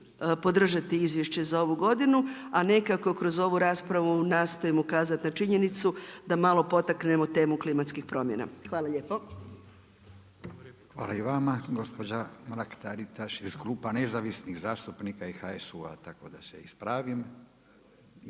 podržati izvješće za ovu godinu, a nekako kroz ovu raspravu nastojim ukazat na činjenicu da malo potaknemo temu klimatskih promjena. Hvala lijepo. **Radin, Furio (Nezavisni)** Hvala i vama. Gospođa Mrak-Taritaš iz Kluba nezavisnih zastupnika i HSU-a, tako da se ispravim